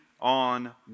on